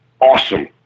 awesome